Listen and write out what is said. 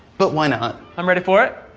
but why not? i'm ready for it.